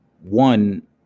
One